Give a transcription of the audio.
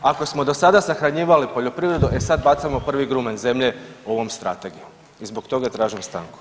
Ako smo do sada sahranjivali poljoprivredu, e sad bacamo prvi grumen zemlje ovom strategijom i zbog toga tražim stanku.